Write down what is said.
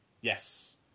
Yes